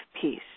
peace